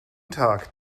tag